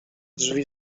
drzwi